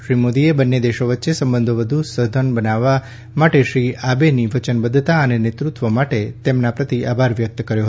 શ્રી મોદીએ બંને દેશો વચ્ચે સંબંઘો વધુ સઘન બનાવવા માટે શ્રી આબેની વચનબદ્વતા અને નેતૃત્વ માટે તેમના પ્રતિ આભાર વ્યક્ત કર્યો